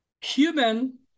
human